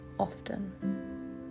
often